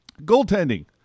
goaltending